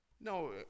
No